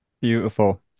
Beautiful